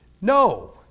No